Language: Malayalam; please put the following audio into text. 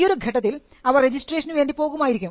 ഈയൊരു ഘട്ടത്തിൽ അവർ രജിസ്ട്രേഷനു വേണ്ടി പോകുമായിരിക്കും